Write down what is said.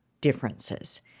differences